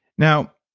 now,